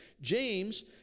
James